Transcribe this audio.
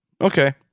Okay